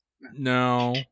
No